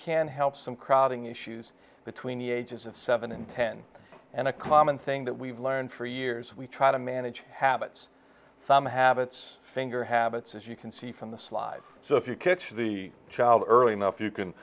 can help some crowding issues between the ages of seven and ten and a common thing that we've learned for years we try to manage habits some habits finger habits as you can see from the slide so if you catch the child early enough you can